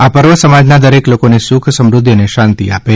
આ પર્વ સમાજના દરેક લોકોને સુખ સમૃદ્ધિ અને શાંતિ અર્પે